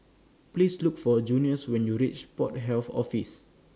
Please Look For Junious when YOU REACH Port Health Office